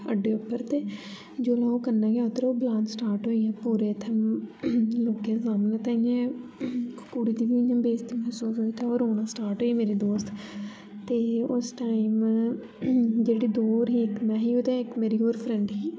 आडे उप्पर ते जोल्लै ओह् कन्ने गे उतरेआ ते ओह् बलान स्टार्ट होई आ पुरे उत्थै लोके सामनै ते इ'यां कुड़ी दी बी इ'यां बेज्जती महसूस होंदी ते रोना स्टार्ट होंई गेई मेरी दोस्त ते उस टाइम जेह्डी दुर ही ते इक मैं ही ते इक मेरी ओर फ्रेंड ही